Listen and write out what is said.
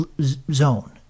zone